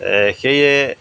সেয়ে